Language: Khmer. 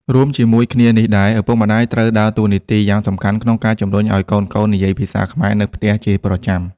រួមជាមួយគ្នានេះដែរ ឪពុកម្តាយត្រូវដើរតួនាទីយ៉ាងសំខាន់ក្នុងការជំរុញឱ្យកូនៗនិយាយភាសាខ្មែរនៅផ្ទះជាប្រចាំ។